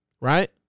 right